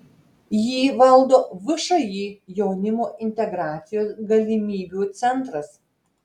jį valdo všį jaunimo integracijos galimybių centras